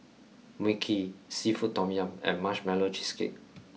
mui kee seafood tom yum and marshmallow cheesecake